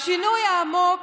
השינוי העמוק,